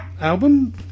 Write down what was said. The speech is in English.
album